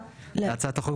ו-(3) להצעת החוק,